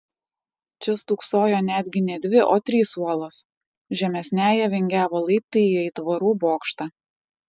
čia stūksojo netgi ne dvi o trys uolos žemesniąja vingiavo laiptai į aitvarų bokštą